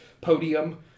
podium